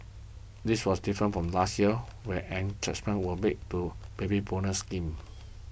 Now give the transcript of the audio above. this was different from last year where were made to Baby Bonus scheme